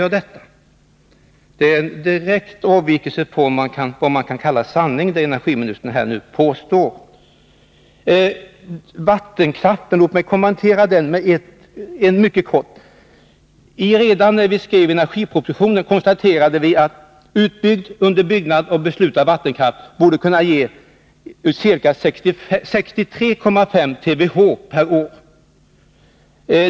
Det energiministern nu påstår är en direkt avvikelse från vad man kan kalla sanning. Låt mig kommentera vattenkraften mycket kort: Redan när vi skrev energipropositionen konstaterade vi att den vattenkraft som var utbyggd, under byggnad eller beslutad borde kunna ge ca 63,5 TWh per år.